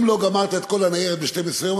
אם לא גמרת את כל הניירת ב-12 יום,